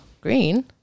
Green